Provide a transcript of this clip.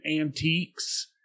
antiques